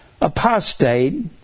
apostate